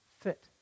fit